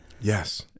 Yes